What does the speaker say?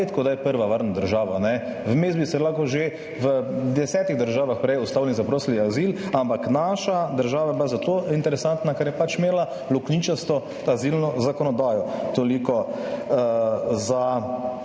redkokdaj prva varna država. Vmes bi se lahko že v 10 državah prej ustavili in zaprosili za azil, ampak naša država je bila zato interesantna, ker je pač imela luknjičasto azilno zakonodajo. Toliko za